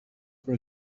for